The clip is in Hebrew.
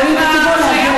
להואיל בטובו להגיע לוועדה.